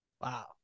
Wow